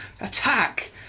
Attack